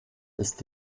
ist